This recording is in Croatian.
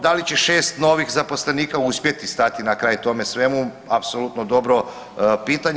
Da li će 6 novih zaposlenika uspjeti stati na kraj tome svemu, apsolutno dobro pitanje.